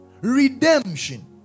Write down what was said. redemption